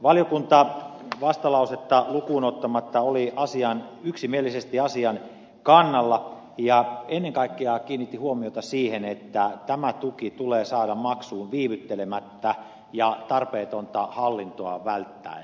valiokunta oli vastalausetta lukuun ottamatta yksimielisesti asian kannalla ja ennen kaikkea kiinnitti huomiota siihen että tämä tuki tulee saada maksuun viivyttelemättä ja tarpeetonta hallintoa välttäen